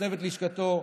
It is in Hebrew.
צוות לשכתו,